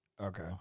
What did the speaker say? okay